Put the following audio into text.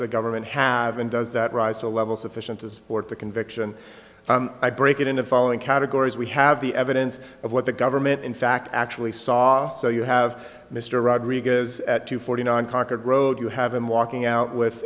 the government have and does that rise to a level sufficient to support the conviction i break it into following categories we have the evidence of what the government in fact actually saw so you have mr rodriguez at two forty nine concord road you have him walking out with